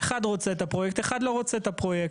אחד רוצה את הפרויקט, אחד לא רוצה את הפרויקט.